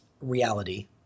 reality